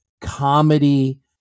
comedy